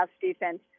defense